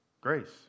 grace